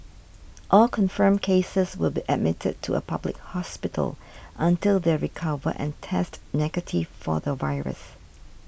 all confirmed cases will be admitted to a public hospital until they recover and test negative for the virus